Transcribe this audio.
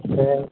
சேரி